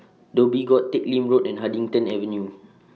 Dhoby Ghaut Teck Lim Road and Huddington Avenue